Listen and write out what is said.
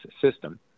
system